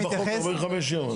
איפה אתה רואה בחוק 45 יום?